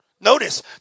Notice